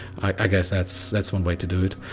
i guess that's, that's one way to do it.